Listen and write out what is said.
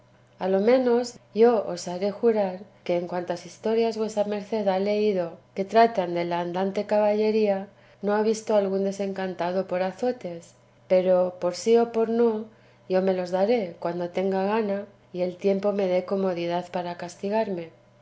a lo menos yo osaré jurar que en cuantas historias vuesa merced ha leído que tratan de la andante caballería no ha visto algún desencantado por azotes pero por sí o por no yo me los daré cuando tenga gana y el tiempo me dé comodidad para castigarme